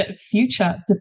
future